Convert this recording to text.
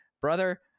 brother